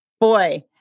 boy